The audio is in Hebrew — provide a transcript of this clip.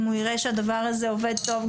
אם הוא יראה שהדבר הזה עובד טוב,